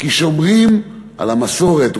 כי שומרים על המסורת,